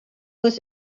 was